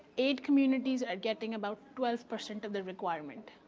eight communities are getting about twelve percent of the requirement.